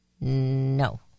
No